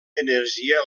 energia